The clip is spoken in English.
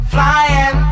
Flying